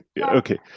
okay